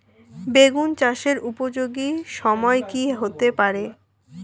বেগুন চাষের উপযোগী সময় কি হতে পারে?